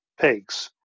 pigs